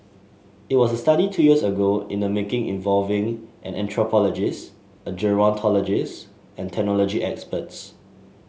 it was a study two years ago in the making involving an anthropologist a gerontologist and technology experts